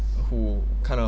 who kind of